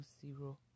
zero